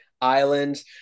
island